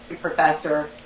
professor